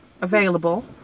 available